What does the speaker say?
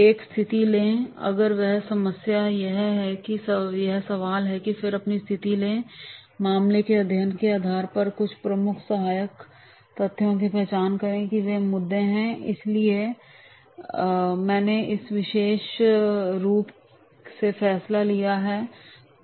एक स्थिति लें अगर यह समस्या है तो यह सवाल है और फिर अपनी स्थिति लें और मामले के अध्ययन के आधार पर कुछ प्रमुख सहायक तथ्यों की पहचान करें कि ये मुद्दे हैं और इसलिए मैंने इसे विशेष रूप से फैसला लिया है